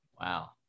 wow